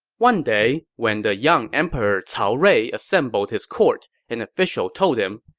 one day, when the young emperor cao rui assembled his court, an official told him,